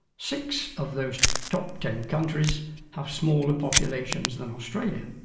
six of those top ten countries have smaller populations than australia.